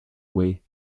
way